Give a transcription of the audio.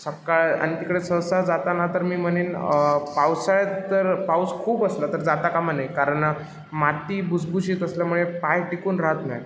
सकाळ आणि तिकडे सहसा जाताना तर मी म्हणेन पावसाळ्यात तर पाऊस खूप असलं तर जाता कामा नये कारण माती भुसभुशीत असल्यामुळे पाय टिकून राहत नाही